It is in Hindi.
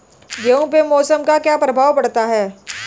गेहूँ पे मौसम का क्या प्रभाव पड़ता है?